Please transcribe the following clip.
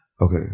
Okay